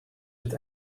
het